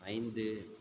ஐந்து